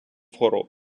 хвороб